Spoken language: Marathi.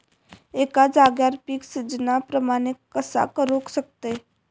एका जाग्यार पीक सिजना प्रमाणे कसा करुक शकतय?